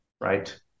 right